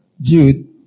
Jude